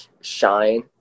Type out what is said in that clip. shine